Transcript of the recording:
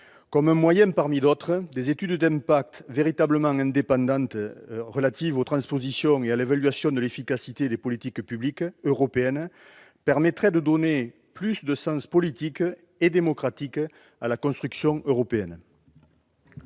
Comme un moyen parmi d'autres, la publication d'études d'impact véritablement indépendantes relatives aux transpositions et à l'évaluation de l'efficacité des politiques publiques européennes permettrait de donner plus de sens politique et démocratique à la construction européenne.